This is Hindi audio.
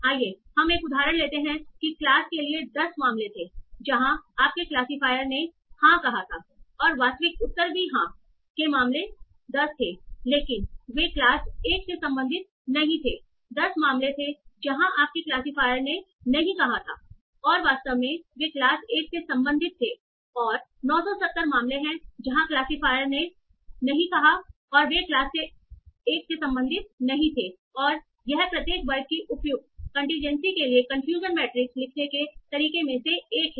आइए हम एक उदाहरण लेते हैं कि क्लास के लिए 10 मामले थे जहाँ आपके क्लासिफायरियर ने हाँ कहा था और वास्तविक उत्तर भी हाँ के 10 मामले थे लेकिन वे क्लास 1 से संबंधित नहीं थे 10 मामले थे जहां आपके क्लासिफायर ने नहीं कहां था और वे वास्तव में क्लास एक से संबंधित थे और 970 मामले हैं जहां क्लासिफायर ने कहा नहीं और वे क्लास 1 से संबंधित नहीं थे और यह प्रत्येक वर्ग की उपयुक्त कंटीन्जेसी के लिए कन्फ्यूजन मैट्रिक्स लिखने के तरीके में से एक है